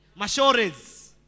Mashores